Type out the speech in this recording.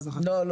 לא,